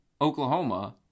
Oklahoma